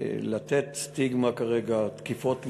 לתת סטיגמה כרגע, תקיפות מיניות,